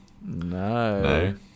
No